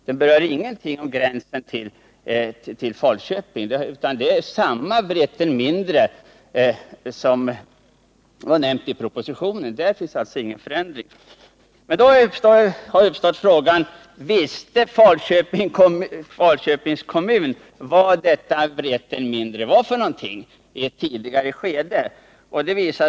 Den berör inte gränsen inom Falköping, utan det är precis samma Vreten mindre som var nämnt i propositionen. Det finns alltså därvidlag ingen förändring. Men då har frågan uppstått: Visste Falköpings kommun i ett tidigare skede vad Vreten mindre var för någonting?